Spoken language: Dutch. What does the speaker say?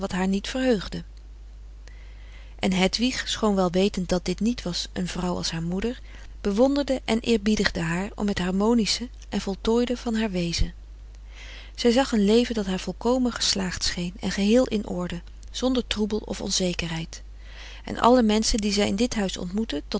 haar niet verheugde en hedwig schoon wel wetend dat dit niet was een vrouw als haar moeder bewonderde en eerbiedigde haar om het harmonische en voltooide van haar wezen zij zag een leven dat haar volkomen geslaagd scheen en geheel in orde zonder troebel of onzekerheid en alle menschen die zij in dit huis ontmoette